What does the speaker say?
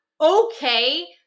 Okay